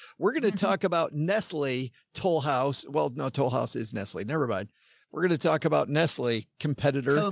we're gonna talk about nestle toll house. well, no toll house is nestle. nevermind. we're going to talk about nestle competitor.